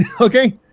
okay